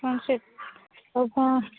ହଁ ସେ ହଉ କ'ଣ